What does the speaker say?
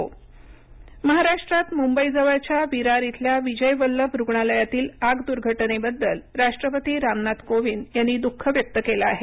राष्ट्रपती महाराष्ट्रात मुंबईजवळच्या विरार इथल्या विजय वल्लभ रुग्णालयातील आग दुर्घटनेबद्दल राष्ट्रपती रामनाथ कोविंद यांनी दुःख व्यक्त केलं आहे